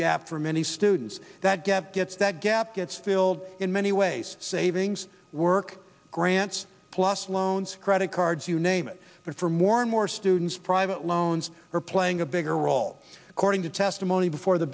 gap for many students that gap gets that gap gets filled in many ways savings work grants plus loans credit cards you name it but for more and more students private loans are playing a bigger role according to testimony before the